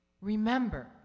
remember